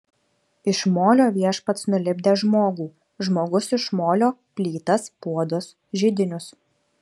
iš molio viešpats nulipdė žmogų žmogus iš molio plytas puodus židinius